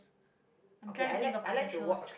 I'm trying to think of other shows